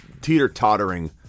teeter-tottering